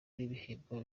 n’ibihembo